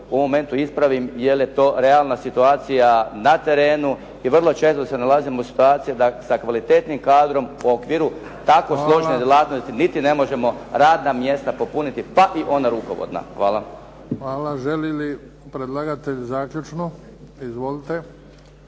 momentu ispravim jer je to realna situacija na terenu i vrlo često se nalazimo u situaciji da sa kvalitetnim kadrom u okviru tako složene djelatnosti niti ne možemo radna mjesta popuniti, pa i ona rukovodna. Hvala. **Bebić, Luka (HDZ)** Hvala. Želi li predlagatelj zaključno? Izvolite.